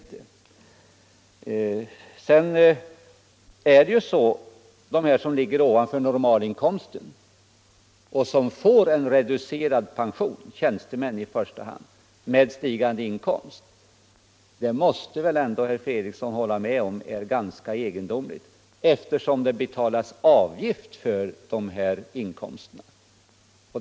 De personer - i första hand tjänstemän — som ligger ovanför normalinkomsten får en reducering av pensionen med stigande inkomster. Herr Fredriksson måste väl ändå hålla med om att det är ganska egendomligt, eftersom det ju betalas avgift för dessa inkomster.